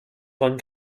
von